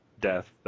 death